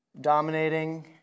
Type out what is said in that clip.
Dominating